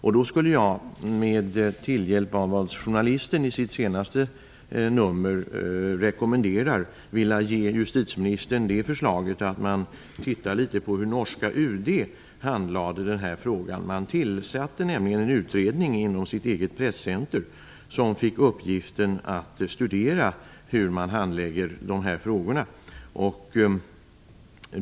Jag skulle, med tillhjälp av vad Journalisten i sitt senaste nummer rekommenderar, vilja ge justitieministern det förslaget att man tittar litet på hur norska UD handlade den här frågan. Man tillsatte nämligen en utredning inom sitt eget presscenter som fick uppgiften att studera hur man handlägger de här frågorna.